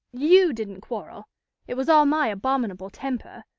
you didn't quarrel it was all my abominable temper.